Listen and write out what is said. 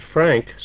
Frank